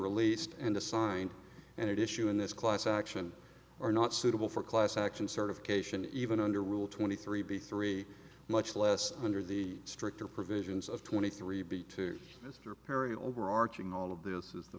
released and assign and issue in this class action are not suitable for class action certification even under rule twenty three b three much less under the stricter provisions of twenty three b to mr perry overarching all of this is the